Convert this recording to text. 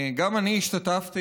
גם אני השתתפתי,